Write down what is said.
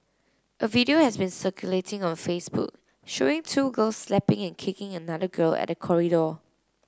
a video has been circulating on Facebook showing two girls slapping and kicking another girl at the corridor